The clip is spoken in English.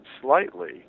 slightly